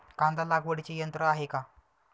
कांदा लागवडीचे यंत्र आहे का?